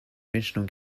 original